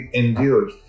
endured